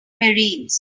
marines